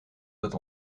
dat